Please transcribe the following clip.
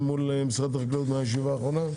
מול משרד החקלאות מהישיבה האחרונה?